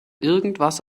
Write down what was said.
irgendwas